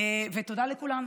ותודה לכולם.